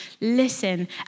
listen